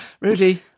Rudy